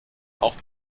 auch